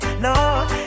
no